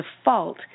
default